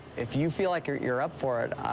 if you feel like you're you're up for it,